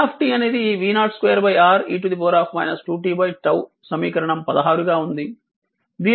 p అనేది v0 2 R e 2 t τ సమీకరణం 16 గా ఉంది